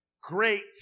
great